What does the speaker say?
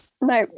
no